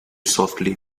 softly